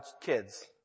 kids